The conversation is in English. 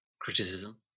criticism